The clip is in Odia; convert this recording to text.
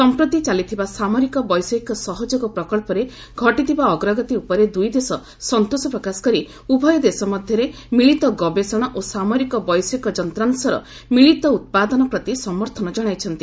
ସମ୍ପ୍ରତି ଚାଲିଥିବା ସାମରିକ ବୈଷୟିକ ସହଯୋଗ ପ୍ରକଚ୍ଚରେ ଘଟିଥିବା ଅଗ୍ରଗତି ଉପରେ ଦୁଇ ଦେଶ ସନ୍ତୋଷ ପ୍ରକାଶ କରି ଉଭୟ ଦେଶ ମଧ୍ୟରେ ମିଳିତ ଗବେଷଣା ଓ ସାମରିକ ବୈଷୟିକ ଯନ୍ତ୍ରାଂଶର ମିଳିତ ଉତ୍ପାଦନ ପ୍ରତି ସମର୍ଥନ ଜଣାଇଛନ୍ତି